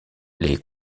les